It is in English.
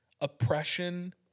oppression